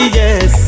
yes